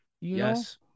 Yes